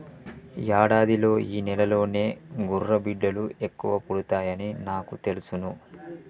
యాడాదిలో ఈ నెలలోనే గుర్రబిడ్డలు ఎక్కువ పుడతాయని నాకు తెలుసును